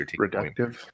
Reductive